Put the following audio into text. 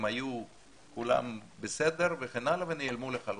הם היו כולם בסדר וכן הלאה ונעלמו לחלוטין.